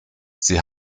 sie